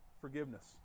forgiveness